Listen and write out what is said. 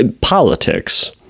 politics—